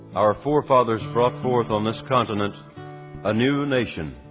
our forefathers brought forth on this continent a new nation,